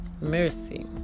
Mercy